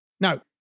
Now